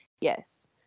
yes